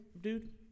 dude